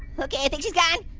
okay, i think she's gone,